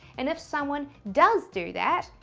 and if someone does do that,